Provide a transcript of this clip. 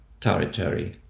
territory